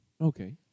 Okay